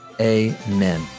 Amen